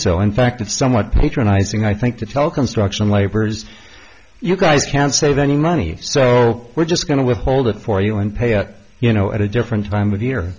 so in fact it's somewhat patronizing i think to tell construction laborers you guys can't save any money so we're just going to withhold it for you and pay it you know at a different time of